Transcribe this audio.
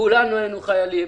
כולנו היינו חיילים,